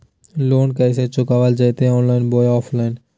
Loan कैसे चुकाबल जयते ऑनलाइन बोया ऑफलाइन?